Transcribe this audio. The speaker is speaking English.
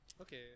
Okay